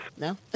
No